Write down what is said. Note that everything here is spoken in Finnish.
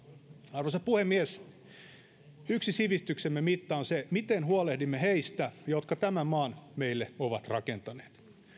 arvoisa puhemies yksi sivistyksemme mitta on se miten huolehdimme heistä jotka tämän maan meille ovat rakentaneet